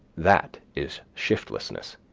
that is shiftlessness.